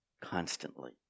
constantly